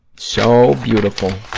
so beautiful.